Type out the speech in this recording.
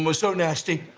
um so nasty